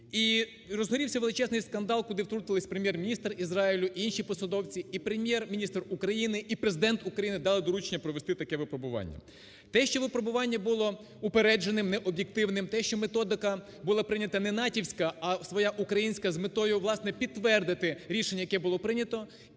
і розгорівся величезний скандал, куди втрутились Прем'єр-міністр Ізраїлю і інші посадовці. І Прем'єр-міністр України, і Президент України дали доручення провести таке випробування. Те, що випробування було упередженим, необ'єктивним, те, що методика була прийнята не натівська, а своя українська з метою, власне, підтвердити рішення, яке було прийнято,